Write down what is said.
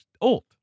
old